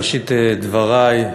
בראשית דברי,